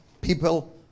people